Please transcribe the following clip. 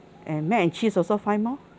and mac and cheese also five more